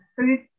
food